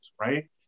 right